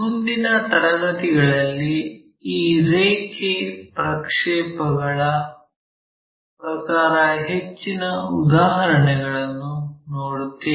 ಮುಂದಿನ ತರಗತಿಗಳಲ್ಲಿ ಈ ರೇಖೆ ಪ್ರಕ್ಷೇಪಗಳ ಪ್ರಕಾರ ಹೆಚ್ಚಿನ ಉದಾಹರಣೆಗಳನ್ನು ನೋಡುತ್ತೇವೆ